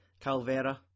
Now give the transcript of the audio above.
Calvera